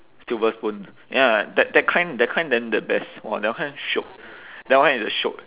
silver spoon ya that that kind that kind then the best !wah! that one shiok that one is a shiok